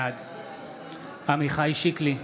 בעד עמיחי שיקלי,